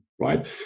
right